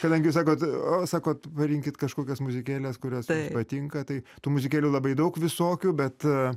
kadangi jūs sakot o sakot parinkit kažkokias muzikėles kurios jums patinka tai tų muzikėlių labai daug visokių bet